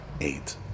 Eight